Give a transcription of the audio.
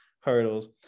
hurdles